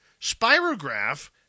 Spirograph